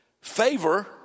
Favor